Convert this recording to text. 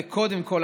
וקודם כול,